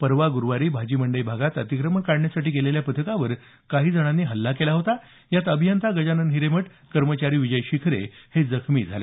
परवा गुरुवारी भाजीमंडई भागात अतिक्रमण काढण्यासाठी गेलेल्या पथकावर काही जणांनी हछ्छा केला होता यात अभियंता गजानन हिरेमठ कर्मचारी विजय शिखरे हे जखमी झाले